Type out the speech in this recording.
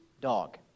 dog